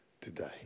today